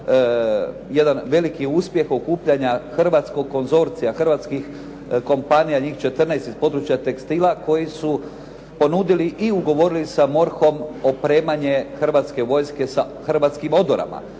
jedan veliki uspjeh okupljanja hrvatskog konzorcija, hrvatskih kompanija, njih 14 iz područja tekstila koji su ponudili i ugovorili sa MORH-om opremanje Hrvatske vojske sa hrvatskim odorama.